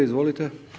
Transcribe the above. Izvolite.